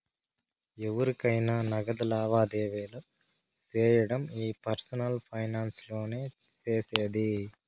ఎవురికైనా నగదు లావాదేవీలు సేయడం ఈ పర్సనల్ ఫైనాన్స్ లోనే సేసేది